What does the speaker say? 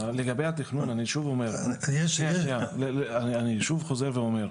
לגבי התכנון, אני שוב חוזר ואומר,